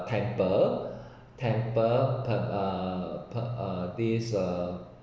temple temple per uh per uh this uh